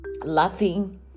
laughing